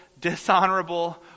dishonorable